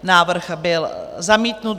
Návrh byl zamítnut.